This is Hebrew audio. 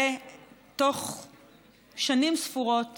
ובתוך שנים ספורות